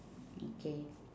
okay